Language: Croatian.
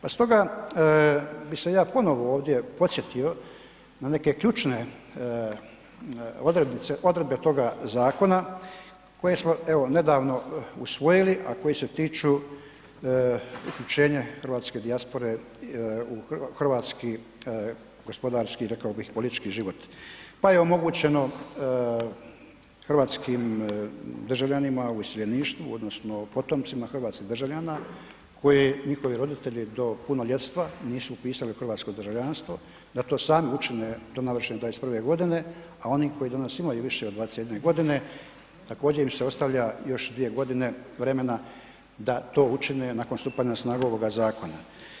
Pa stoga bi se ja ponovno ovdje podsjetio na neke ključne odredbe toga zakona koje smo evo nedavno usvojili a koje se tiču uključenja hrvatske dijaspore u hrvatski, gospodarski i rekao bi politički život pa je omogućeno hrvatskim državljanima u iseljeništvu odnosno potomcima hrvatskih državljana koji njihovi roditelji do punoljetstva nisu upisali u hrvatsko državljanstvo, da to sami učine do navršene 21 g. a oni koji danas imaju više od 21 g., također im se ostavlja još 2 g. vremena da to učine nakon stupanja na snagu ovoga zakona.